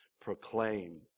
Proclaim